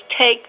take